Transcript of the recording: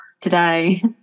today